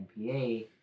NPA